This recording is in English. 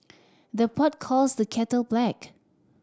the pot calls the kettle black